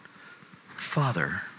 father